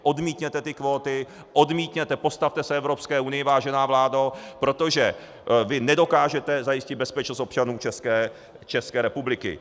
Odmítněte ty kvóty, odmítněte, postavte se Evropské unii, vážená vládo, protože vy nedokážete zajistit bezpečnost občanů České republiky.